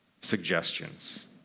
suggestions